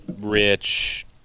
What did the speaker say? rich